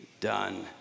done